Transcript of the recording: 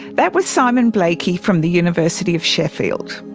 that was simon blakey from the university of sheffield.